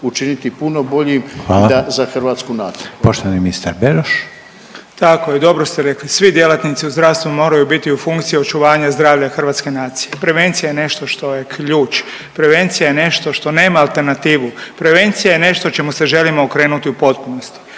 Poštovani ministar Beroš. **Beroš, Vili (HDZ)** Tako je, dobro ste rekli, svi djelatnici u zdravstvu moraju biti u funkciji očuvanja zdravlja hrvatske nacije. Prevencija je nešto što je ključ. Prevencija je nešto što nema alternativu. Prevencija je nešto čemu se želimo okrenuti u potpunosti,